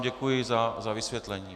Děkuji vám za vysvětlení.